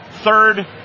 third